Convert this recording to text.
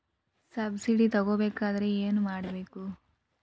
Subsidy ತಗೊಬೇಕಾದರೆ ಏನು ಮಾಡಬೇಕು?